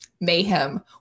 mayhem